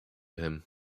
him